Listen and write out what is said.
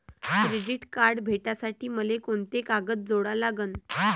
Credit card भेटासाठी मले कोंते कागद जोडा लागन?